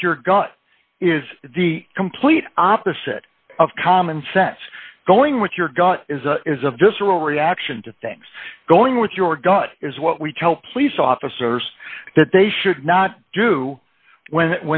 with your gut is the complete opposite of common sense going with your gut is a visceral reaction to things going with your gut is what we tell police officers that they should not do when